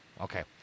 Okay